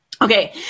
Okay